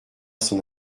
son